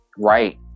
Right